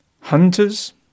Hunters